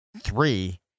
three